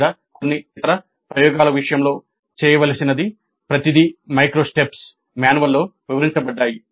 లేదా కొన్ని ఇతర ప్రయోగాల విషయంలో చేయవలసిన ప్రతిదీ మైక్రో స్టెప్స్ మాన్యువల్లో వివరించబడ్డాయి